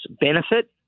benefit